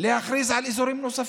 להכריז על אזורים נוספים,